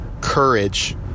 courage